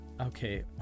okay